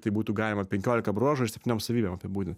tai būtų galima penkiolika bruožų ir septyniom savybėm apibūdint